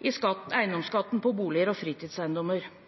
i eiendomsskatt på boliger og fritidseiendommer.